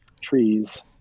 trees